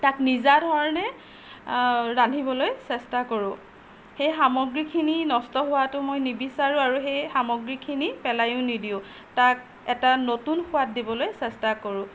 তাত নিজা ধৰণে ৰান্ধিবলৈ চেষ্টা কৰোঁ সেই সামগ্ৰীখিনি নষ্ট হোৱাটো মই নিবিচাৰোঁ আৰু সেই সামগ্ৰীখিনি পেলাইও নিদিওঁ তাক এটা নতুন সোৱাদ দিবলৈ চেষ্টা কৰোঁ